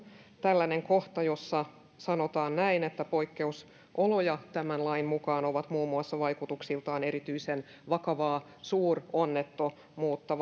tällainen kohta jossa sanotaan näin poikkeusoloja tämän lain mukaan ovat muun muassa vaikutuksiltaan erityisen vakavaa suuronnettomuutta